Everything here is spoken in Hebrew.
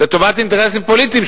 לטובת אינטרסים פוליטיים.